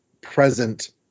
present